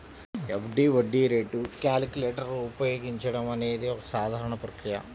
FD వడ్డీ రేటు calculator ఉపయోగించడం అనేది ఒక సాధారణ ప్రక్రియ